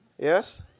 Yes